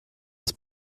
des